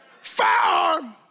firearm